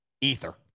ether